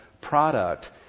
product